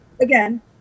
again